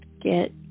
get